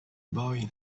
boy